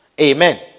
Amen